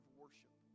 worship